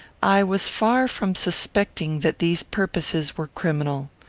i was far from suspecting that these purposes were criminal.